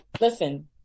Listen